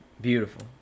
beautiful